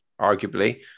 arguably